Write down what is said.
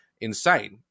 insane